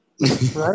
right